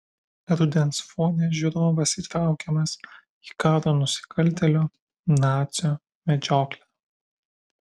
rudens fone žiūrovas įtraukiamas į karo nusikaltėlio nacio medžioklę